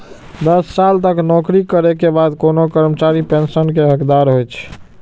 दस साल तक नौकरी करै के बाद कोनो कर्मचारी पेंशन के हकदार होइ छै